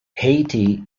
haiti